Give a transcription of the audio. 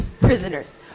prisoners